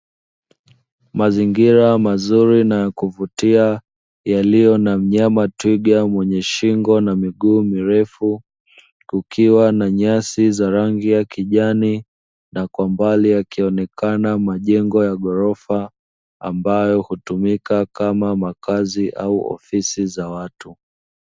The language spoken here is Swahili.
Mazingira mazuri na yakuvutia, yaliyo na mnyama twiga mwenye shingo na miguu mirefu, kukiwa na nyasi za rangi ya kijani na kwa mbali yakionekana majengo ya ghorofa ambayo hutumika kama makazi au ofisi za watu.